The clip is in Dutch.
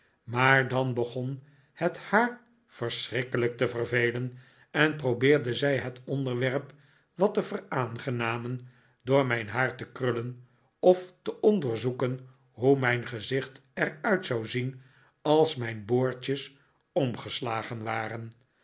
maar dan begon het haar verschrikkelijk te vervelen en probeerde zij het onderwerp wat te veraangenamen door mijn haar te krullen of te onderzoeken hoe mijn gezicht er uit zou zien als mijn boordjes omgeslagen waren